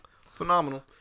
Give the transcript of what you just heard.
Phenomenal